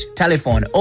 telephone